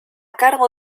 cargo